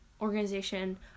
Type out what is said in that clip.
organization